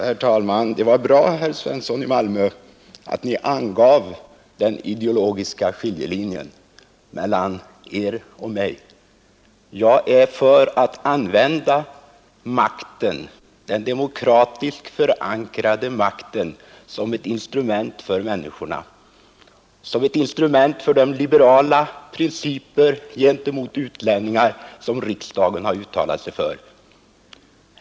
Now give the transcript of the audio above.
Herr talman! Det var bra, herr Svensson i Malmö, att Ni angav den ideologiska skiljelinjen mellan Er och mig. Jag är för att använda den demokratiskt förankrade makten som ett instrument för människorna, ett instrument för de liberala principer gentemot utlänningar som riksdagen har uttalat sig för.